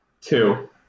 Two